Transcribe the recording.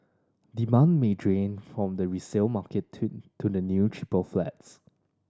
demand may drain from the resale market to to the new cheaper flats